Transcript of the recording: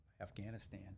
Afghanistan